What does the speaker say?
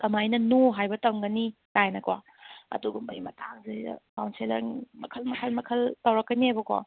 ꯀꯃꯥꯏꯅ ꯅꯣ ꯍꯥꯏꯕ ꯇꯝꯒꯅꯤ ꯀꯥꯏꯅꯀꯣ ꯑꯗꯨꯒꯨꯝꯕꯒꯤ ꯃꯇꯥꯡꯁꯤꯗꯩꯗ ꯀꯥꯎꯟꯁꯦꯜꯂꯔ ꯃꯈꯜ ꯃꯈꯜ ꯃꯈꯜ ꯇꯧꯔꯛꯀꯅꯦꯕꯀꯣ